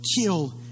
kill